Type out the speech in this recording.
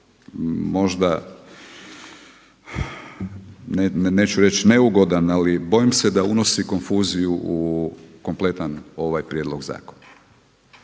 možda, neću reći neugodan ali bojim se da unosi konfuziju u kompletan ovaj prijedlog zakona.